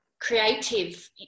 creative